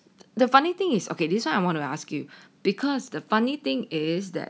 the funny thing is okay this [one] I want to ask you because the funny thing is that